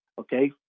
okay